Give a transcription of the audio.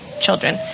children